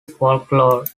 folklore